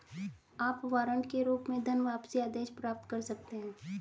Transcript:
आप वारंट के रूप में धनवापसी आदेश प्राप्त कर सकते हैं